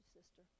sister